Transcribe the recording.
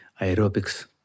aerobics